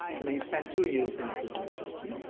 and he spent two years in prison in turkey,